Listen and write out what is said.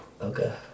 okay